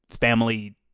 family